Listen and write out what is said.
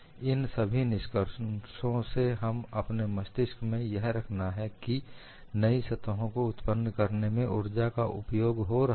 इन सभी निष्कर्षों में हमें अपने मस्तिष्क में यह रखना है कि नई सतहों को उत्पन्न करने में ऊर्जा का उपभोग हो रहा है